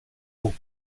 and